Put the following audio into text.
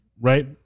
right